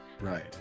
Right